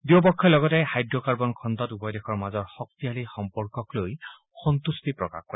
দুয়োপক্ষই লগতে হাইডুকাৰ্বন খণ্ডত উভয় দেশৰ মাজৰ শক্তিশালী সম্পৰ্কক লৈ সন্তুষ্টি প্ৰকাশ কৰে